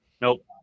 nope